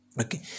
Okay